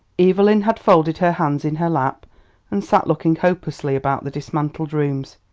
evelyn had folded her hands in her lap and sat looking hopelessly about the dismantled rooms.